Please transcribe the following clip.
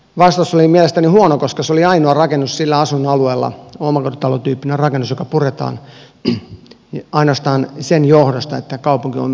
vastaus oli mielestäni huono koska se oli ainoa rakennus sillä asuinalueella omakotitalotyyppinen rakennus joka puretaan ainoastaan sen johdosta että kaupunki omisti sen